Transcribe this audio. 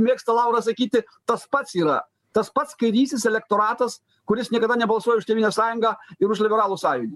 mėgsta lauras sakyti tas pats yra tas pats kairysis elektoratas kuris niekada nebalsuoja už tėvynės sąjungą ir už liberalų sąjūdį